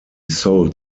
sold